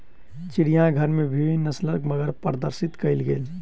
चिड़ियाघर में विभिन्न नस्लक मगर प्रदर्शित कयल गेल